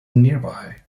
nearby